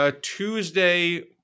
Tuesday